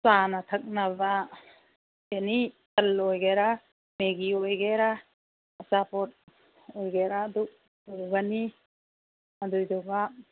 ꯆꯥꯅ ꯊꯛꯅꯕ ꯑꯦꯅꯤ ꯕꯜ ꯑꯣꯏꯒꯦꯔ ꯃꯦꯒꯤ ꯑꯣꯏꯒꯦꯔ ꯑꯆꯥꯄꯣꯠ ꯑꯣꯏꯒꯦꯔ ꯑꯗꯨ ꯄꯨꯒꯅꯤ ꯑꯗꯨꯗꯨꯒ